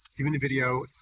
the kind of video.